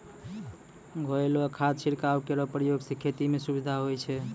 घोललो खाद छिड़काव केरो प्रयोग सें खेती म सुविधा होय छै